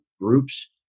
groups